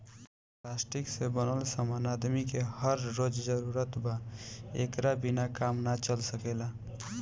plastic से बनल समान आदमी के हर रोज जरूरत बा एकरा बिना काम ना चल सकेला